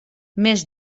més